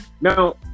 Now